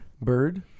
Bird